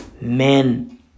Men